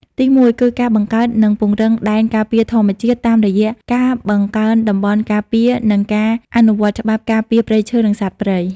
ទីមួយគឺការបង្កើត និងពង្រឹងដែនការពារធម្មជាតិ តាមរយៈការបង្កើនតំបន់ការពារ និងការអនុវត្តច្បាប់ការពារព្រៃឈើ និងសត្វព្រៃ។